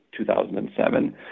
2007